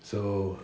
so